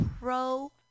pro